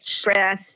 stress